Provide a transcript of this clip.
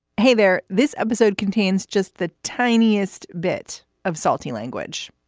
hey there. this episode contains just the tiniest bit of salty language.